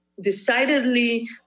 decidedly